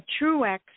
Truex